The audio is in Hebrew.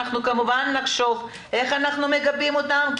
כמובן נחשוב איך אנחנו מגבים אותם,